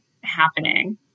happening